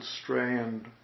strand